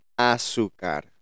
azúcar